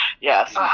yes